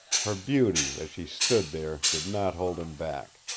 her beauty as she stood there did not hold him back.